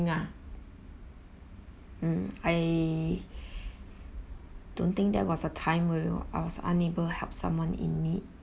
ah mm I don't think there was a time where uh I was unable help someone in need